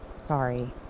Sorry